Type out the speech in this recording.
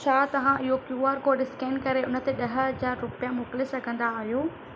छा तव्हां इहो क्यू आर कोड स्कैन करे उन ते ॾह हज़ार रुपया मोकिले सघंदा आहियो